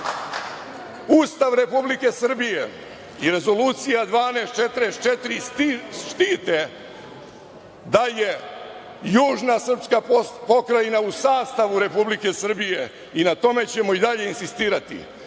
Republike Srbije i Rezolucija 1244 štite da je južna srpska pokrajina u sastavu Republike Srbije i na tome ćemo i dalje insistirati.